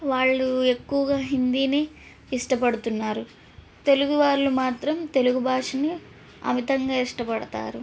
వాళ్ళు ఎక్కువగా హిందీని ఇష్టపడుతున్నారు తెలుగువాళ్ళు మాత్రం తెలుగు భాషని అమితంగా ఇష్టపడతారు